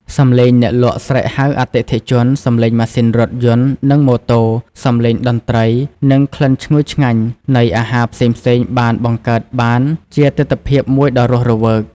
សំឡេងអ្នកលក់ស្រែកហៅអតិថិជន សំឡេងម៉ាស៊ីនរថយន្ត និងម៉ូតូ សំឡេងតន្ត្រី និងក្លិនឈ្ងុយឆ្ងាញ់នៃអាហារផ្សេងៗបានបង្កើតបានជាទិដ្ឋភាពមួយដ៏រស់រវើក។